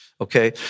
okay